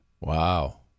Wow